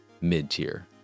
mid-tier